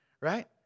right